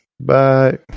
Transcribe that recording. Bye